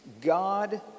God